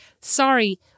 sorry